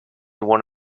one